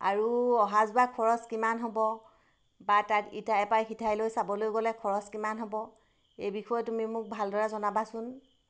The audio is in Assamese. আৰু অহা যোৱা খৰচ কিমান হ'ব বা তাত ইঠাইৰ পৰা সিঠাইলৈ চাবলৈ গ'লে খৰচ কিমান হ'ব এই বিষয়ে তুমি মোক ভালদৰে জনাবাচোন